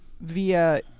via